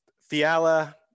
Fiala